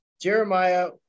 Jeremiah